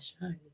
shine